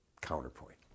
counterpoint